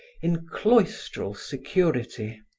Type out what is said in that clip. in cloistral security.